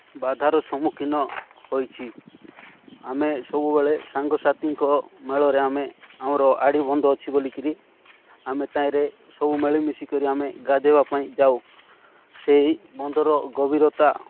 ବାଧାର ସମ୍ମୁଖୀନ ହୋଇଛି ଆମେ ସବୁବେଳେ ସାଙ୍ଗସାଥିୀଙ୍କ ମେଳରେ ଆମେ ଆମର ଆଡ଼ି ବନ୍ଧ ଅଛି ବୋଲିକିରି ଆମେ ତାହିଁରେ ସବୁ ମିଳିମିଶିି କରି ଆମେ ଗାଧୋଇବା ପାଇଁ ଯାଉ ସେହି ବନ୍ଧର ଗଭୀରତା